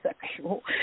sexual